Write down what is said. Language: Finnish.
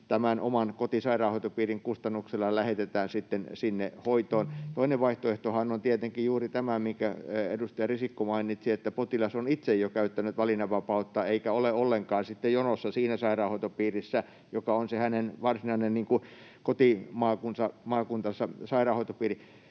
tämän oman kotisairaanhoitopiirin kustannuksella lähetetään sinne hoitoon. Toinen vaihtoehtohan on tietenkin juuri tämä, minkä edustaja Risikko mainitsi, että potilas on itse jo käyttänyt valinnanvapautta eikä ole ollenkaan sitten jonossa siinä sairaanhoitopiirissä, joka on se hänen varsinainen kotimaakuntansa sairaanhoitopiiri.